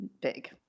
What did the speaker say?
big